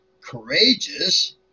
courageous